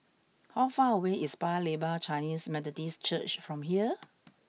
how far away is Paya Lebar Chinese Methodist Church from here